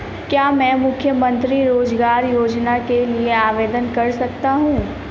क्या मैं मुख्यमंत्री रोज़गार योजना के लिए आवेदन कर सकता हूँ?